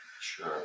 sure